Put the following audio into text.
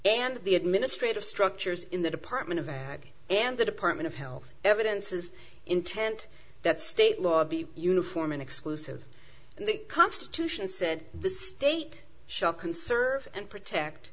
and the administrative structures in the department of a bag and the department of health evidence is intent that state law be uniform and exclusive and the constitution said the state shall conserve and protect